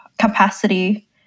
capacity